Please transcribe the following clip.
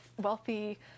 wealthy